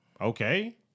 okay